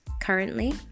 currently